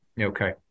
Okay